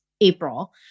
April